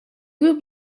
group